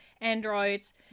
androids